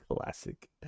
Classic